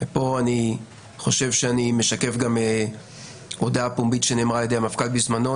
ופה אני חושב שאני משקף גם הודעה פומבית שנאמרה ע"י המפכ"ל בזמנו,